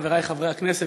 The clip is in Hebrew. חברי חברי הכנסת,